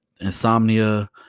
insomnia